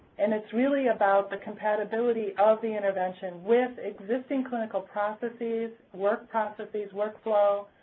and it's really about the compatibility of the intervention with existing clinical processes, work processes, work flow,